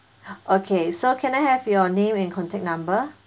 okay so can I have your name and contact number